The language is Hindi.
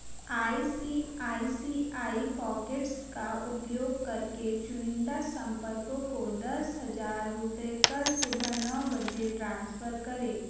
I C I C I pockets का उपयोग करके चुनिंदा संपर्कों को दस हज़ार रुपये कल सुबह नौ बजे ट्रांसफ़र करें